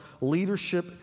leadership